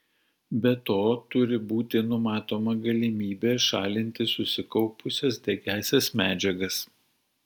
be to turi būti numatoma galimybė šalinti susikaupusias degiąsias medžiagas